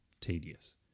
tedious